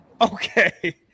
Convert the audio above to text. Okay